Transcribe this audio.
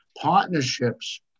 Partnerships